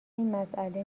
مسئله